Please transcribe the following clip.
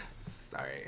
Sorry